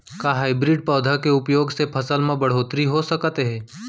का हाइब्रिड पौधा के उपयोग से फसल म बढ़होत्तरी हो सकत हे?